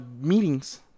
meetings